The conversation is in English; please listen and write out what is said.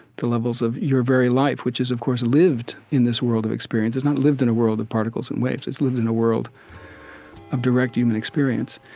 the levels of your very life, which is, of course, lived in this world of experience. it's not lived in a world of particles and waves it's lived in a world of direct human experience,